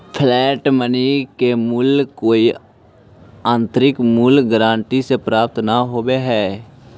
fiat money के मूल्य कोई आंतरिक मूल्य गारंटी से प्राप्त न होवऽ हई